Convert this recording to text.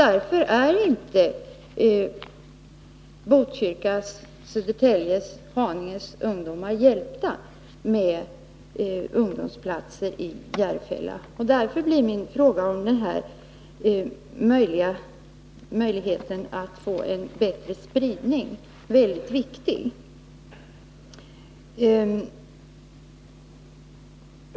Ungdomar i Botkyrka, Södertälje och Haninge är därför inte hjälpta med ungdomsplatser i Järfälla. Min fråga om möjligheterna att få en bättre spridning är alltså mycket viktig.